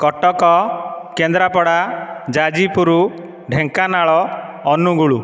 Cuttack Kendrapara Jajpur Dhenkanal Angul